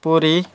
Puri